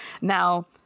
now